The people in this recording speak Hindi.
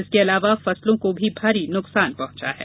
इसके अलावा फसलों को भी भारी नुकसान पहुंचा है